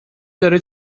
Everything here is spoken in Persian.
داره